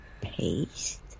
Paste